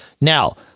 Now